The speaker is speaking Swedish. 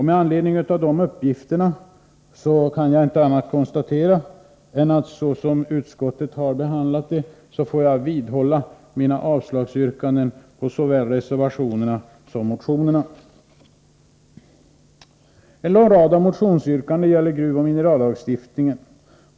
Med anledning av dessa uppgifter kan jag inte göra annat än konstatera vad utskottet har skrivit, och jag vidhåller mina yrkanden om avslag på såväl reservationerna som motionerna. En rad av motionsyrkanden gäller gruvoch minerallagstiftningen.